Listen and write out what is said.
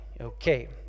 Okay